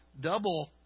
double